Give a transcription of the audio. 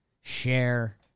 share